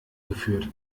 geführt